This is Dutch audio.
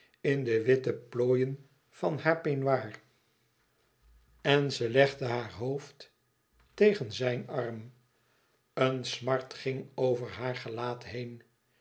in de witte plooien van haar peignoir en ze legde haar hoofd tegen zijn arm een smart ging over haar gelaat heen